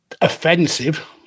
offensive